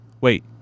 wait